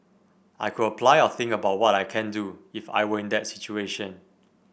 I could apply or think about what I can do if I were in that situation